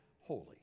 holy